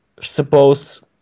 suppose